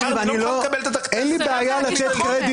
הוא אמר: אני לא מוכן לקבל --- אין לי בעיה לתת קרדיט.